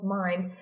mind